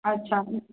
अच्छा